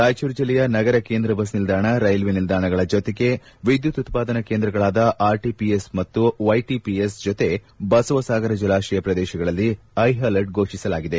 ರಾಯಚೂರು ಜಿಲ್ಲೆಯ ನಗರ ಕೇಂದ್ರ ಬಸ್ ನಿಲ್ದಾಣ ರೈಲು ನಿಲ್ದಾಣಗಳ ಜೊತೆಗೆ ವಿದ್ದುತ್ ಉತ್ಪಾದನಾ ಕೇಂದ್ರಗಳಾದ ಆರ್ಟಿಪಿಎಸ್ ಮತ್ತು ವೈಟಿಪಿಎಸ್ ಜೊತೆ ಬಸವಸಾಗರ ಜಲಾಶಯ ಪ್ರದೇಶಗಳಲ್ಲಿ ಹೈ ಅಲರ್ಟ್ ಘೋಷಣೆ ಮಾಡಲಾಗಿದೆ